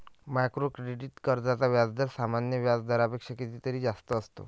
micro credit कर्जांचा व्याजदर सामान्य व्याज दरापेक्षा कितीतरी जास्त असतो